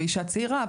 ואישה צעירה,